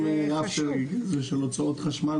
יפה, זה חשוב.